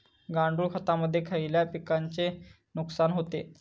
गांडूळ खतामुळे खयल्या पिकांचे नुकसान होते?